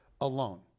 alone